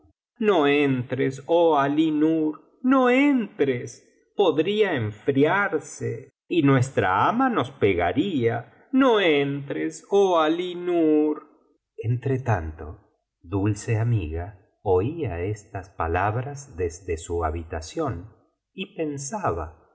no entres ob alí nur no entres podría enfriarse y nuestra ama nos pegaría no entres oh alí nur entretanto dulce amiga oía estas palabras desde su habitación y pensaba